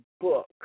book